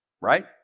right